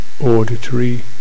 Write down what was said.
auditory